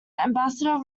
ambassador